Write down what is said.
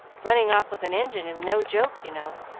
running off with an engine is no joke, you know.